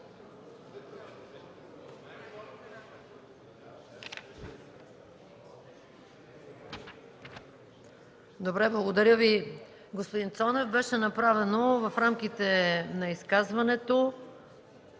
Добре, благодаря Ви, господин Цонев. Беше направено в рамките на изказването